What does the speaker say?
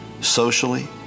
socially